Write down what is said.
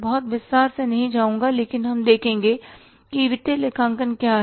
मैं बहुत विस्तार में नहीं जाऊँगा लेकिन हम देखेंगे कि वित्तीय लेखांकन क्या है